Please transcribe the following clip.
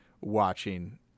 watching